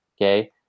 okay